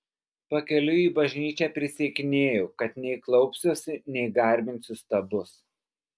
pakeliui į bažnyčią prisiekinėjau kad nei klaupsiuosi nei garbinsiu stabus